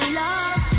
love